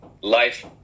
life